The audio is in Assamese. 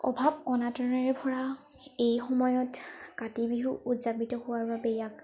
অভাৱ অনাটনেৰে ভৰা এই সময়ত কাতি বিহু উদযাপিত হোৱাৰ বাবে ইয়াক